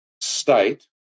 state